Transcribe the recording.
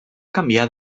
canviar